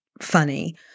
funny